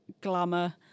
glamour